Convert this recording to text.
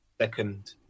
second